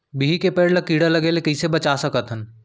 बिही के पेड़ ला कीड़ा लगे ले कइसे बचा सकथन?